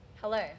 Hello